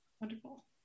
Wonderful